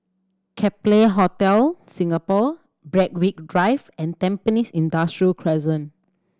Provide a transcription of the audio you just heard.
Capella Hotel Singapore Berwick Drive and Tampines Industrial Crescent